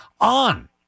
on